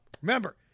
Remember